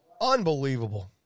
Unbelievable